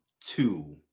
two